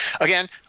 again